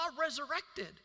resurrected